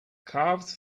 calves